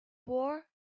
war